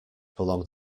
belonged